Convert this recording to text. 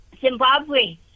Zimbabwe